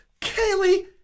Kaylee